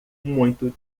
muito